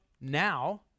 now